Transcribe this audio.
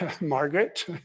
margaret